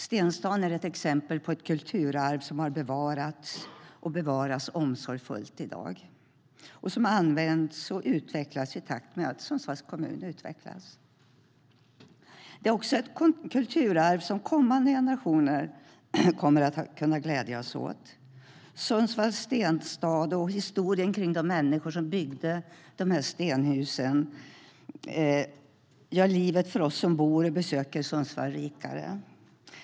Stenstaden är ett exempel på ett kulturarv som har bevarats och som bevaras omsorgsfullt i dag, och den används och utvecklas i takt med att Sundsvalls kommun utvecklas. Det är också ett kulturarv som kommande generationer kommer att kunna glädjas åt. Sundsvalls stenstad och historien kring de människor som byggde de här stenhusen gör livet för oss som bor i eller besöker Sundsvall rikare.